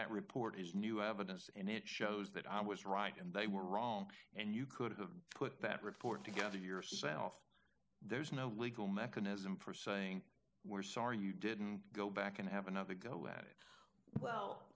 that report is new evidence and it shows that i was right and they were wrong and you could have put that report together yourself there's no legal mechanism for saying we're sorry you didn't go back and have another go at it well